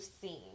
seen